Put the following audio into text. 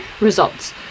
results